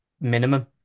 minimum